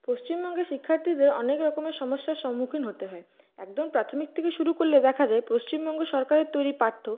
পশ্চিমবঙ্গের শিক্ষার্থীদের অনেকরকমের সমস্যার সম্মুখীন হতে হয় একদম প্রাথমিক থেকে শুরু করলে দেখা যায় পশ্চিমবঙ্গ সরকারের তৈরি পাঠ্য